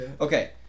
Okay